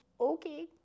Okay